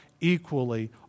equally